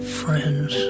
friends